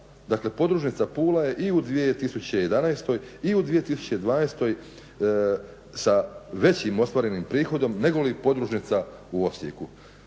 podružnica Pula je i u 2011. i u 2012. sa većim ostvarenim prihodom negoli podružnica u Osijeku,